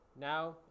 now